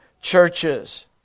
churches